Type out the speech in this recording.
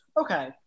Okay